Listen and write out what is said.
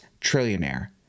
trillionaire